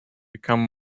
become